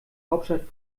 hauptstadt